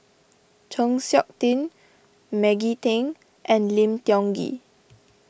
Chng Seok Tin Maggie Teng and Lim Tiong Ghee